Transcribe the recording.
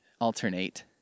alternate